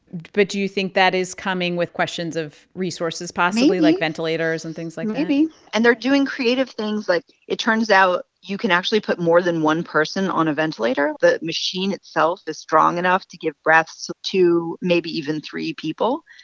but do you think that is coming with questions of resources, possibly like, ventilators and things like maybe. and they're doing creative things. like, it turns out you can actually put more than one person on a ventilator. the machine itself is strong enough to give breaths to two, maybe even three people.